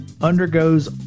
undergoes